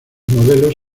modelos